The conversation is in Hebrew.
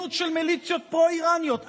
התארגנות של מליציות פרו-איראניות,